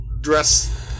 dress